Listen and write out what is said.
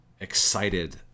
excited